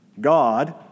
God